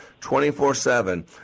24-7